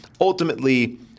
ultimately